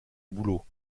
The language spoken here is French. bouleau